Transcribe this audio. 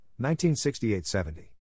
1968-70